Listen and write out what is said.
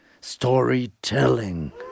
storytelling